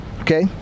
okay